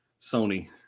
Sony